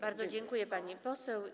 Bardzo dziękuję, pani poseł.